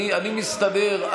אני מסתדר.